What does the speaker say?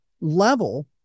level